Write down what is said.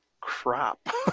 crap